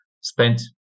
spent